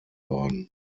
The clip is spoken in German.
worden